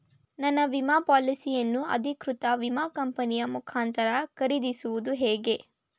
ನನ್ನ ವಿಮಾ ಪಾಲಿಸಿಯನ್ನು ಅಧಿಕೃತ ವಿಮಾ ಕಂಪನಿಯ ಮುಖಾಂತರ ಖರೀದಿಸುವುದು ಹೇಗೆ?